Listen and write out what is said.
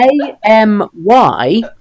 A-M-Y